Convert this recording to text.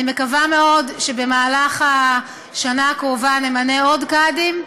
אני מקווה מאוד שבמהלך השנה הקרובה נמנה עוד קאדים.